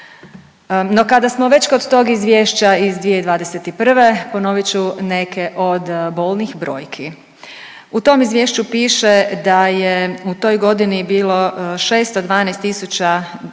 No kada smo već kod tog izvješća iz 2021. ponovit ću neke od bolnih brojki. U tom izvješću piše da je u toj godini bilo 612.212 osoba